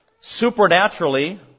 supernaturally